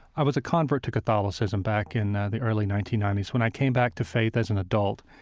i was a convert to catholicism back in the early nineteen ninety s. when i came back to faith as an adult,